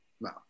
No